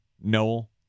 noel